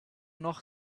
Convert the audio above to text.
noch